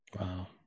Wow